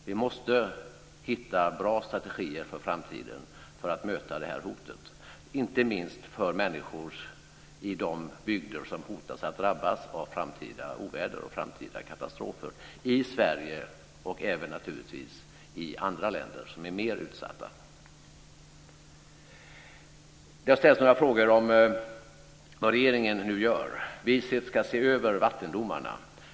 Vi måste hitta bra strategier för att möta det här hotet i framtiden, inte minst för människorna i de bygder som hotar att drabbas av framtida oväder och katastrofer, i Sverige och naturligtvis även i andra länder som är mer utsatta. Det har ställts några frågor om vad regeringen nu gör. Vi ska se över vattendomarna.